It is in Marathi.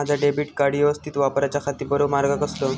माजा डेबिट कार्ड यवस्तीत वापराच्याखाती बरो मार्ग कसलो?